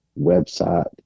website